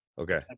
Okay